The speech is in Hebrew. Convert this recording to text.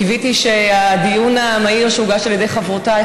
קיוויתי שהדיון המהיר שהוגש על ידי חברותיי,